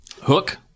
Hook